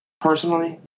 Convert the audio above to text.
personally